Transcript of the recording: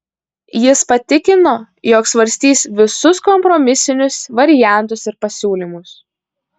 jis patikino jog svarstys visus kompromisinius variantus ir pasiūlymus